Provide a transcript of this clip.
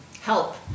help